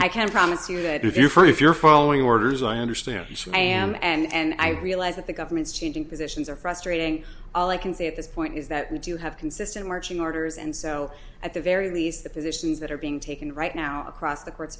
find if you're following orders i understand he said i am and i realize that the government's changing positions are frustrating all i can say at this point is that we do have consistent marching orders and so at the very least the positions that are being taken right now across the courts